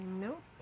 Nope